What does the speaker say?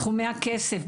סכומי הכסף,